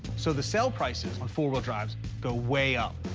so the sale prices on four-wheel drives go way up.